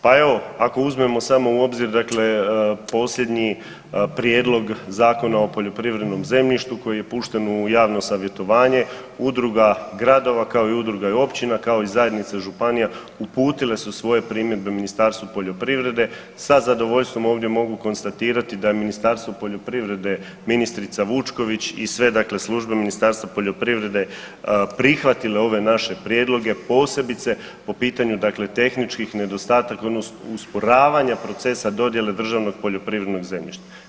Pa evo, ako uzmemo samo u obzir dakle posljednji prijedlog Zakona o poljoprivrednom zemljištu koji je pušten u javno savjetovanje udruga gradova, kao i udruga općina, kao i zajednica županija uputile su svoje primjedbe Ministarstvu poljoprivrede, sa zadovoljstvom ovdje mogu konstatirati da Ministarstvo poljoprivrede, ministrica Vučković i sve dakle službe Ministarstva poljoprivrede prihvatile ove naše prijedloge posebice po pitanju dakle tehničkih nedostataka odnosno usporavanja procese dodjele državnog poljoprivrednog zemljišta.